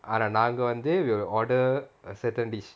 ஆனா நான் அங்க வந்து:aanaa naan anga vanthu we will order a certain dish